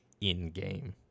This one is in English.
in-game